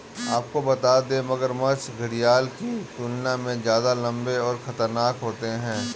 आपको बता दें, मगरमच्छ घड़ियाल की तुलना में ज्यादा लम्बे और खतरनाक होते हैं